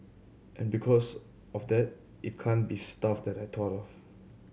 and because of that it can't be stuff that I thought of